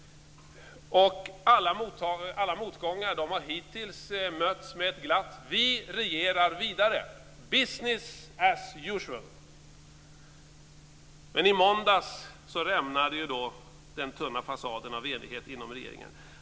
Alla motgångar har hittills mötts med ett glatt "vi regerar vidare - business as usual". Men i måndags rämnade den tunna fasaden av enighet inom regeringen.